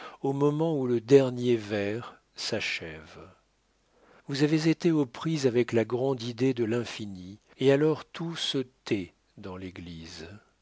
au moment où le dernier vers s'achève vous avez été aux prises avec la grande idée de l'infini et alors tout se tait dans l'église